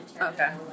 Okay